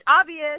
obvious